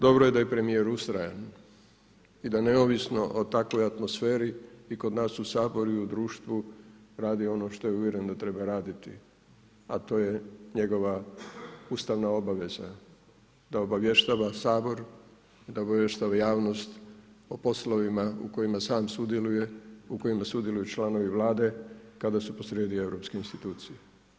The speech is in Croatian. Dobro je da je premijer ustrajan i da neovisno o takvoj atmosferi i kod nas i u Saboru i u društvu radi ono što je uvjeren da treba raditi, a to je njegova ustavna obaveza da obavještava Sabor i da obavještava javnost o poslovima u kojima sam sudjeluje, u kojima sudjeluju članovi Vlade kada su posrijedi europske institucije.